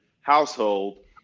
household